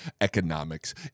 economics